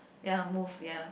ya move ya